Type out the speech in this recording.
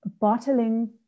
bottling